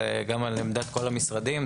גם על עמדת כל המשרדים,